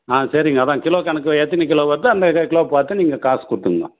ஆ சரிங்க அதுதான் கிலோ கணக்கு எத்தனை கிலோ வருதோ அந்த க கிலோ பார்த்து நீங்கள் காசு கொடுத்துட்ணும்